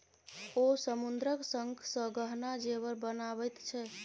ओ समुद्रक शंखसँ गहना जेवर बनाबैत छै